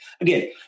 Again